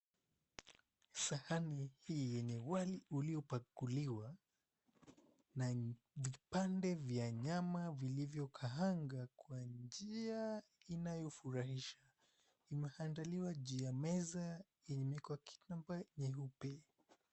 Sahani hii yenye wali uliopakuliwa na vipande vya nyama vilivyokaangwa kwa njia inayofurahisha. Imeandaliwa juu ya meza yenye imewekwa kitambaa nyeupe.